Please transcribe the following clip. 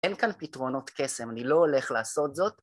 אין כאן פתרונות קסם, אני לא הולך לעשות זאת.